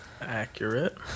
Accurate